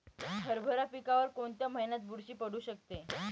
हरभरा पिकावर कोणत्या महिन्यात बुरशी पडू शकते?